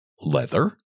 leather